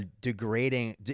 degrading